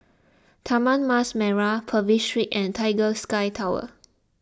Taman Mas Merah Purvis Street and Tiger Sky Tower